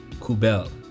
Kubel